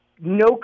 No